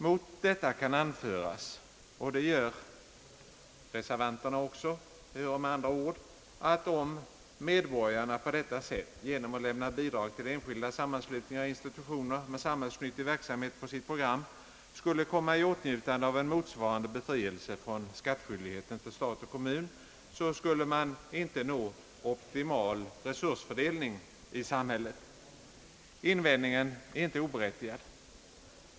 Mot detta resonemang kan anföras — och det gör reservanterna också ehuru med andra ord — att om medborgarna på detta sätt genom att lämna bidrag till enskilda sammanslutningar och institutioner med samhällsnyttig verksamhet på sitt program skulle komma i åtnjutande av motsvarande befrielse från skattskyldighet till stat och kommun, skulle man inte nå optimal resursanvändning i samhället. Invändningen är inte oberättigad.